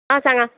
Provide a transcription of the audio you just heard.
आं सांगांत